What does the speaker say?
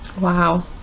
Wow